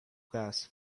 gas